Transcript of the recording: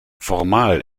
formal